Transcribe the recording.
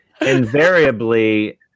Invariably